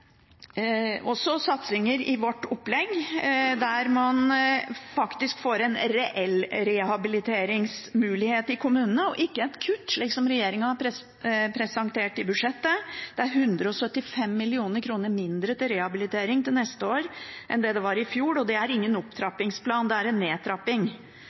også satsinger der man faktisk får en reell rehabiliteringsmulighet i kommunene, og ikke et kutt, noe som regjeringen presenterte i budsjettet. Det er 175 mill. kr mindre til rehabilitering til neste år enn det var i fjor, og det er ingen opptrappingsplan, det er en nedtrapping.